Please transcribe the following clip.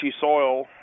soil